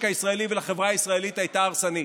הישראלי ולחברה הישראלית הייתה הרסנית.